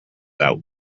out